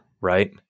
right